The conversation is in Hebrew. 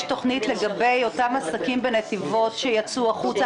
תכנית לגבי אותם עסקים בנתיבות שיצאו החוצה?